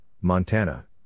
Montana